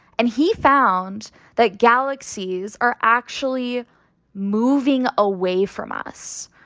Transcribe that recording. and he found that galaxies are actually moving away from us.